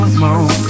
more